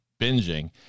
binging